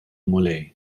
mulej